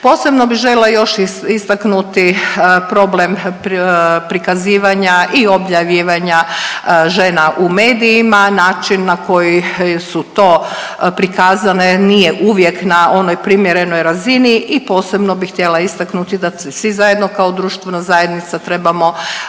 Posebno bi želila još istaknuti problem prikazivanja i objavljivanja žena u medijima. Način na koji su to prikazane nije uvijek na onoj primjerenoj razini i posebno bi htjela istaknuti da se svi zajedno kao društvena zajednica trebamo